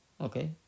Okay